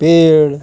पेड़